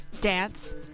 dance